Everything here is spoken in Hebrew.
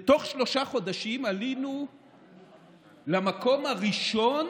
בתוך שלושה חודשים עלינו למקום הראשון